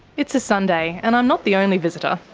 it's a sunday, and i'm not the only visitor.